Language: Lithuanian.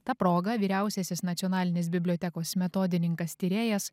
ta proga vyriausiasis nacionalinės bibliotekos metodininkas tyrėjas